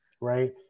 right